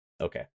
Okay